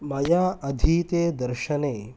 मया अधीते दर्शने